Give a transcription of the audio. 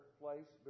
place